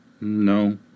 No